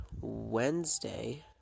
Wednesday